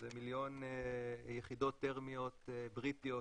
זה מיליון יחידות תרמיות בריטיות.